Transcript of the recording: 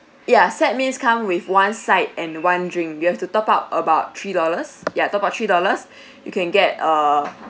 ya set means come with one side and one drink you have to top up about three dollars ya top up three dollars you can get a